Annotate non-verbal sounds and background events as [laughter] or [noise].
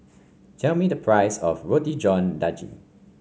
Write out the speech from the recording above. tell me the [noise] price of Roti John Daging